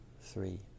three